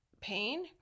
pain